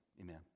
Amen